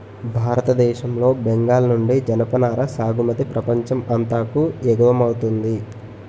భారతదేశం లో బెంగాల్ నుండి జనపనార సాగుమతి ప్రపంచం అంతాకు ఎగువమౌతుంది